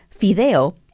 fideo